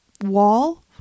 wall